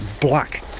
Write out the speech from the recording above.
black